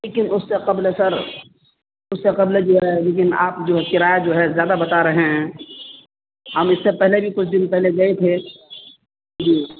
لیکن اس سے قبل سر اس سے قبل جو ہے لیکن آپ جو ہے کرایہ جو ہے زیادہ بتا رہے ہیں ہم اس سے پہلے بھی کچھ دن پہلے گئے تھے جی